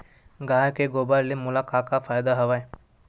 गाय के गोबर ले मोला का का फ़ायदा हवय?